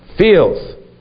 feels